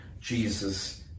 Jesus